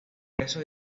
congreso